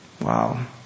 Wow